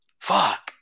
Fuck